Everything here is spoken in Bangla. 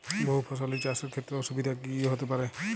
বহু ফসলী চাষ এর ক্ষেত্রে অসুবিধে কী কী হতে পারে?